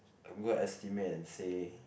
I'm gonna estimate and say